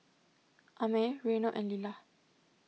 Amey Reino and Lilah